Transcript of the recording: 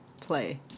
play